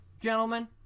gentlemen